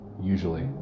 usually